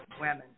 women